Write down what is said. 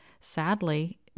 sadly